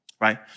Right